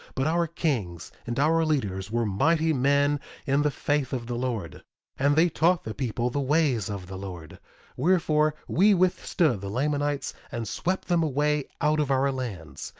but our kings and our leaders were mighty men in the faith of the lord and they taught the people the ways of the lord wherefore, we withstood the lamanites and swept them away out of our lands,